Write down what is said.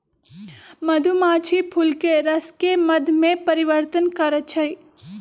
मधुमाछी फूलके रसके मध में परिवर्तन करछइ